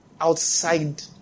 outside